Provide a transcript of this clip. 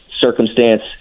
circumstance